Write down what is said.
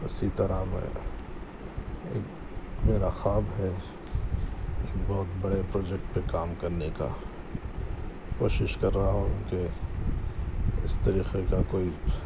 اسی طرح میں میرا خواب ہے ایک بہت بڑے پروجیکٹ پہ کام کرنے کا کوشش کر رہا ہوں کہ اس طریقے کا کوئی